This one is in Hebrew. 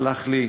סלח לי,